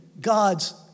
God's